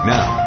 Now